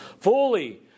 Fully